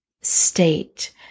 state